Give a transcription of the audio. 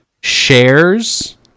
shares